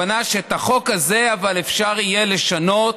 אבל הכוונה שאת החוק הזה אפשר יהיה לשנות